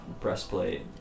breastplate